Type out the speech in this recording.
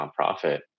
nonprofit